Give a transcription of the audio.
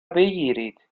بگیرید